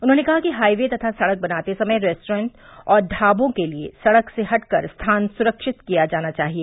उन्होंने कहा कि हाइवे तथा सड़क बनाते समय रेस्टोरेन्ट और ढाबों के लिए सड़क से हटकर स्थान सुरक्षित किया जाना चाहिए